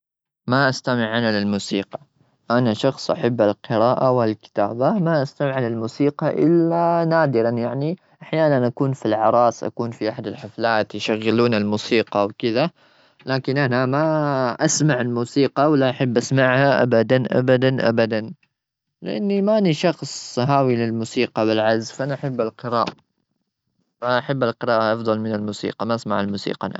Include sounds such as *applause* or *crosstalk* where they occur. *noise* ما استمع أنا للموسيقى. أنا شخص أحب القراءة والكتابة، ما استمع للموسيقى إلا نادرا يعني. أحيانا أكون في الأعراس، أكون في أحد الحفلات، يشغلون الموسيقى وكذا. لكن أنا ما أسمع الموسيقى ولا أحب أسمعها أبدا-أبدا-أبدا. لأني ماني شخص هاوي للموسيقى بالعزف، فأنا أحب القراءة. أنا أحب القراءة أفضل من الموسيقى، ما أسمع الموسيقى أنا.